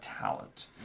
talent